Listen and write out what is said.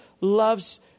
loves